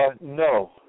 No